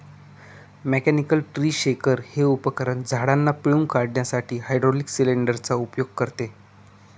mechanical tree shaker हे उपकरण झाडांना पिळून काढण्यासाठी हायड्रोलिक सिलेंडर चा उपयोग करते